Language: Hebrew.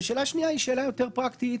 ושאלה שנייה היא שאלה יותר פרקטית,